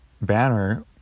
banner